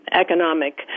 economic